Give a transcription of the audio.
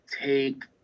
take